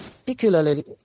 particularly